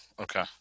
Okay